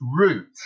root